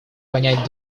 понять